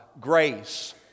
grace